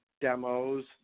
demos